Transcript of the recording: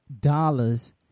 Dollars